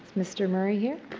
mr. murray here?